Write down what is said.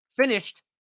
finished